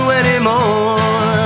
anymore